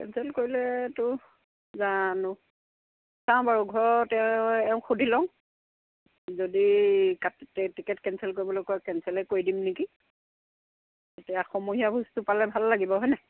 cancel কৰিলেতো জানো চাওঁ বাৰু ঘৰতে এওঁক সুধি লওঁ যদি টিকেট কেঞ্চেল কৰিবলৈ কয় কেঞ্চেলেই কৰি দিম নেকি এতিয়া সমূহীয়া ভূজটো পালে ভাল লাগিব হয় নাই